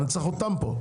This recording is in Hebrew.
אני צריך פה אותם,